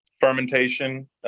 fermentation